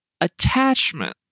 attachment